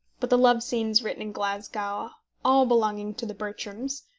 but the love-scenes written in glasgow, all belonging to the bertrams,